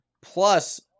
plus